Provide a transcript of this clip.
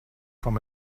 from